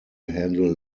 handle